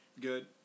good